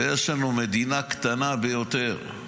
יש לנו מדינה קטנה ביותר,